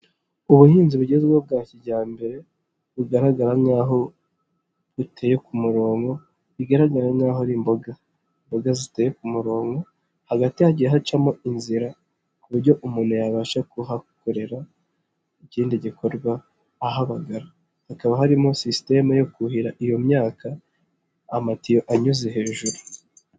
Ubuhinzi bugezweho bwa kijyambere bugaragara nk'aho buteye ku murongo bigaragara nkaho ari imboga imboga ziteye ku murongo, hagati hagiye hacamo inzira ku buryo umuntu yabasha kuhakorera ikindi gikorwa aha hakaba harimo sisitemu yo kuhira iyo myaka amatiyo anyuze hejuru.